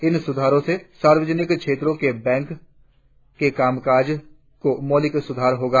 इन सुधारों से सार्वजनिक क्षेत्र के बैंको के काम काज में मौलिक सुधार होगा